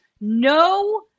no